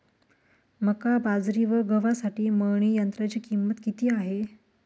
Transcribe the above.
मका, बाजरी व गव्हासाठी मळणी यंत्राची किंमत किती आहे?